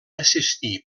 assistir